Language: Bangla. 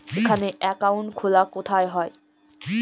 এখানে অ্যাকাউন্ট খোলা কোথায় হয়?